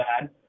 bad